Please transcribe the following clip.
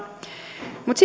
mutta